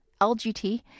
LGT